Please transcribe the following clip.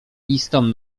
listom